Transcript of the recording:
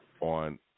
on